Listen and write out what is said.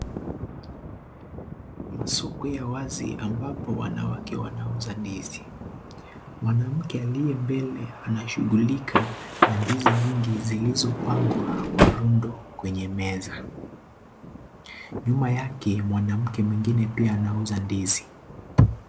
Masoko ya wazi ambapo wanawake wanauza ndizi ,mwanamke aliye mbele anashighulika na ndizi nyingi zilizo pangwa kwa rundo kwenye meza, nyuma yake mwanamke mwengine pia anauza ndizi.